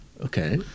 okay